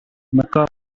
mecca